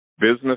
business